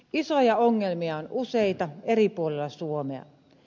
isoja ongelmia on useita eri puolilla suomea